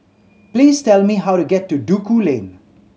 please tell me how to get to Duku Lane